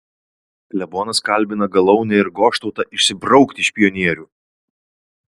klebonas kalbina galaunę ir goštautą išsibraukti iš pionierių